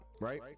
right